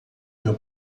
meu